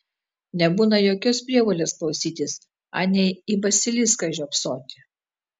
nebūna jokios prievolės klausytis anei į basiliską žiopsoti